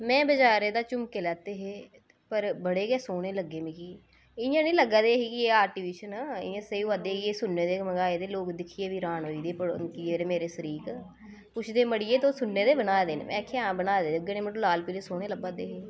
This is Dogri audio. में बजारे दी झुमके लैते हे पर बड़े गै सोह्ने लग्गे मिगी इ'यां नी लग्गा दे कि एह् आर्टिफिशियल न इ'यां सेही होआ दे एह् सुन्ने दे मंगाए दे लोक दिक्खियै बी र्हान होई दे कि जेह्ड़े मेरे सरीक पुच्छदे मड़ियै तू सुन्ने दे बनाए दे न में आखेआ हां बनाए दे मड़ो लाल पीले सोह्ने लब्भा दे हे